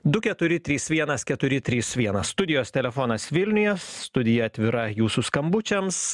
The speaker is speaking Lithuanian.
du keturi trys vienas keturi trys vienas studijos telefonas vilniuje studija atvira jūsų skambučiams